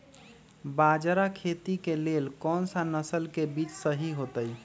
बाजरा खेती के लेल कोन सा नसल के बीज सही होतइ?